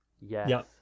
Yes